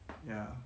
ya